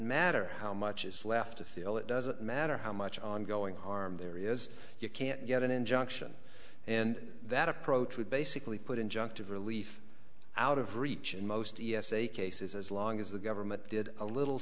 matter how much is left to feel it doesn't matter how much ongoing harm there is you can't get an injunction and that approach would basically put injunctive relief out of reach in most e s a cases as long as the government did a little